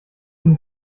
ihn